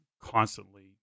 constantly